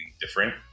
different